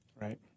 Right